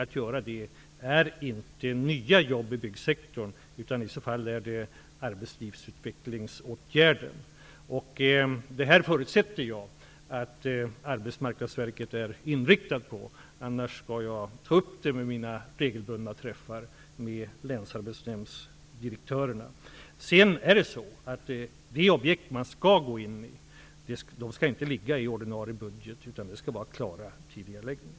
Detta görs inte genom nya jobb i byggsektorn utan i så fall genom arbetslivsutvecklingsåtgärder. Jag förutsätter att Arbetsmarknadsverket är inriktat på detta, annars skall jag vid någon av mina regelbundna träffar med länsarbetsnämndsdirektörerna ta upp det. De objekt som man skall gå in i skall inte ligga i ordinarie budget, utan det skall vara fråga om klara tidigareläggningar.